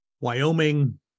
Wyoming